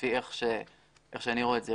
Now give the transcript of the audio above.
לפי איך שאני רואה את זה,